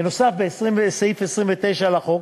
בנוסף, סעיף 29 לחוק